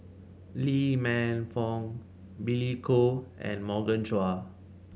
Lee Man Fong Billy Koh and Morgan Chua